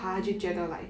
mm